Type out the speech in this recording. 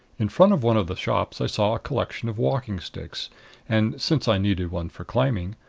in front of one of the shops i saw a collection of walking sticks and, since i needed one for climbing,